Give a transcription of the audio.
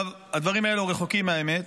הדברים האלה רחוקים מהאמת,